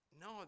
No